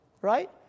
right